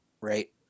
Right